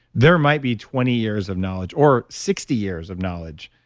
there might be twenty years of knowledge or sixty years of knowledge.